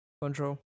control